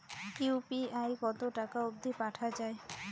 UPI কতো টাকা অব্দি পাঠা যায়?